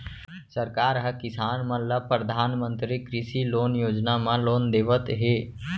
सरकार ह किसान मन ल परधानमंतरी कृषि लोन योजना म लोन देवत हे